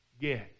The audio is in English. get